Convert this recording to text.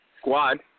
squad